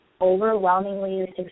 overwhelmingly